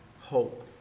hope